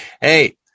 Hey